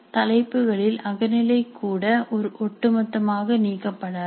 தலைப்புகளில் அகநிலை கூட ஒட்டு மொத்தமாக நீக்கப்படாது